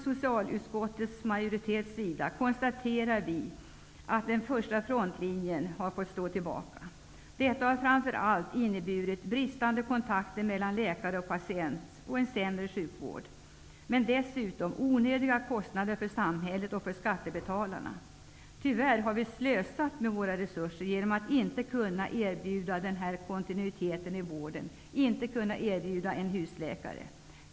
Socialutskottets majoritet konstaterar att den första frontlinjen har fått stå tillbaka. Det har framför allt inneburit bristande kontakter mellan läkare och patient och en sämre sjukvård och dessutom onödiga kostnader för samhället och för skattebetalarna. Tyvärr har vi slösat med våra resurser genom att inte kunna erbjuda denna kontinuitet i vården -- genom att inte kunna erbjuda en husläkare.